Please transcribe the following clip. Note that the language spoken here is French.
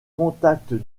contacte